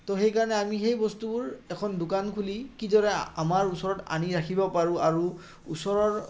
তো সেইকাৰণে আমি সেই বস্তুবোৰ এখন দোকান খুলি কিদৰে আমাৰ ওচৰত আনি ৰাখিব পাৰোঁ আৰু ওচৰৰ